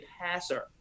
passer